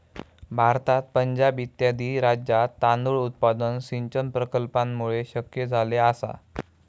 भारतात पंजाब इत्यादी राज्यांत तांदूळ उत्पादन सिंचन प्रकल्पांमुळे शक्य झाले आसा